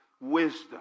wisdom